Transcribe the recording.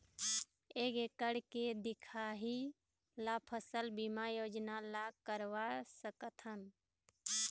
एक एकड़ के दिखाही ला फसल बीमा योजना ला करवा सकथन?